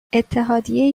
اتحادیه